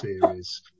series